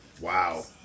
Wow